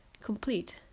complete